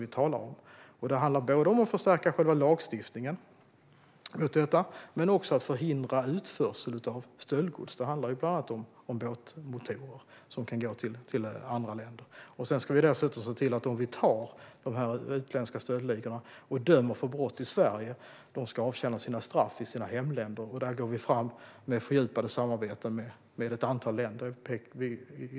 Det handlar om att både förstärka själva lagstiftningen och förhindra utförsel av stöldgods, bland annat båtmotorer som går till andra länder. Sedan ska vi se till att de vi tar i de utländska stöldligorna och som döms för brott i Sverige ska avtjäna straffen i hemländerna. Där går vi fram med fördjupade samarbeten med ett antal länder.